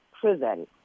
prison